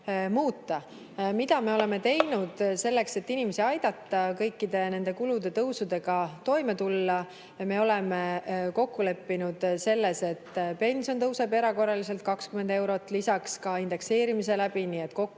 muuta. Mida me oleme teinud selleks, et inimesi aidata kõikide kulude suurenemisega toime tulla? Me oleme kokku leppinud selles, et pension tõuseb erakorraliselt 20 eurot ja lisaks ka indekseerimise kaudu, nii et kokku